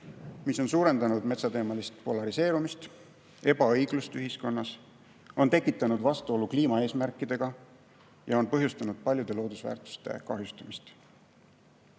mis on suurendanud metsateemalist polariseerumist, ebaõiglust ühiskonnas, on tekitanud vastuolu kliimaeesmärkidega ja on põhjustanud paljude loodusväärtuste kahjustamist.